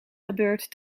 gebeurd